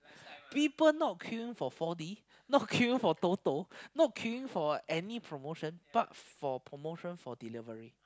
people not queuing for four-D not queuing for Toto not queuing for any promotion but for promotion for delivery